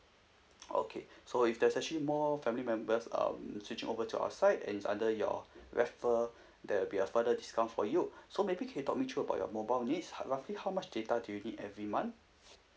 okay so if there's actually more family members um switching over to our side and is under your referral uh there will be a further discount for you so maybe can you talk me through about your mobile needs roughly how much data do you need every month